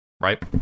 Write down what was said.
right